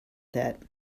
that